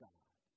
God